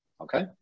Okay